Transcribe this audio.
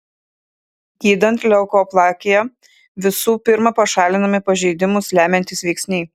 gydant leukoplakiją visų pirma pašalinami pažeidimus lemiantys veiksniai